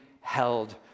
held